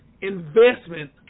investment